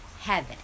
heaven